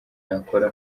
nakora